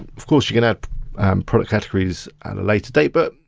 of course you're gonna add product categories at a later date, but